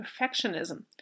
perfectionism